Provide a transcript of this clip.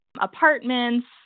apartments